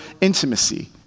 intimacy